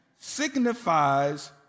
signifies